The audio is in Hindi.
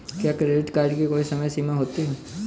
क्या क्रेडिट कार्ड की कोई समय सीमा होती है?